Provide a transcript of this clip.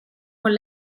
con